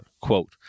quote